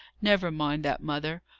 never mind that, mother.